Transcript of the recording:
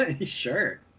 Sure